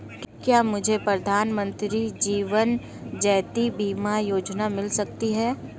क्या मुझे प्रधानमंत्री जीवन ज्योति बीमा योजना मिल सकती है?